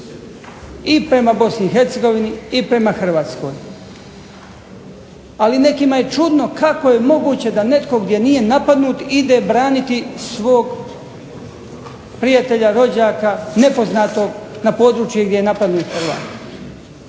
i prema BiH i prema Hrvatskoj. Ali nekima je čudno kako je moguće da netko gdje nije napadnut ide braniti svog prijatelja, rođaka, nepoznatog na područje gdje je napadnut Hrvat.